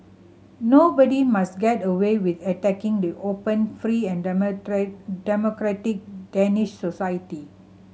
nobody must get away with attacking the open free and democratic Danish society